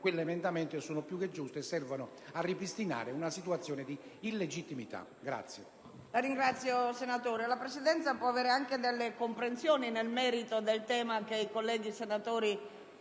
quell'emendamento sono più che giuste e servono a ripristinare una situazione di legittimità.